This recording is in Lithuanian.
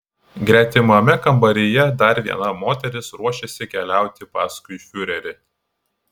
gretimame kambaryje dar viena moteris ruošėsi keliauti paskui fiurerį